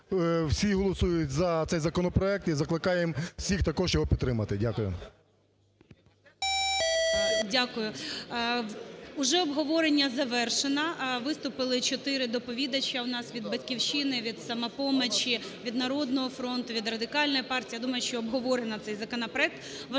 всі голосують за цей законопроект і закликаємо всіх також його підтримати. Дякую. ГОЛОВУЮЧИЙ. Дякую. Вже обговорення завершено. Виступили чотири доповідача у нас від "Батьківщини", від "Самопомочі", від "Народного фронту", від Радикальної партії. Я думаю, що обговорено цей законопроект